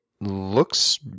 looks